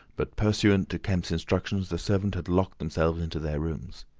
but pursuant to kemp's instructions the servants had locked themselves into their rooms.